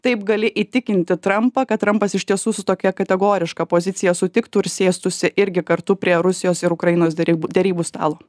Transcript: taip gali įtikinti trampą kad trampas iš tiesų su tokia kategoriška pozicija sutiktų ir sėstųsi irgi kartu prie rusijos ir ukrainos derybų derybų stalo